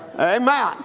Amen